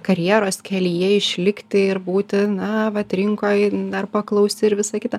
karjeros kelyje išlikti ir būti na vat rinkoj dar paklausi ir visa kita